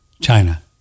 China